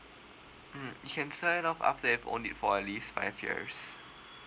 mm you can sign it off after for at least five years